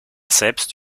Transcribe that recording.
selbst